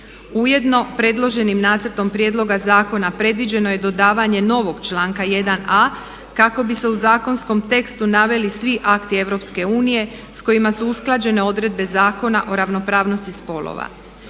Ujedno predloženim Nacrtom prijedloga zakona predviđeno je dodavanje novog članka 1a. kako bi se u zakonskom tekstu naveli svi akti EU s kojima su usklađene odredbe Zakona o ravnopravnosti spolova.